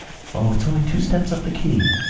o, it's only two steps up the quay.